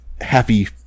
happy